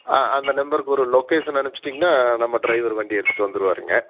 ஆ அந்த நம்பருக்கு ஒரு லொகேஷன் அனுப்பிச்சிட்டிங்கனா நம்ம ட்ரைவர் வண்டியை எடுத்துகிட்டு வந்துடுவாருங்க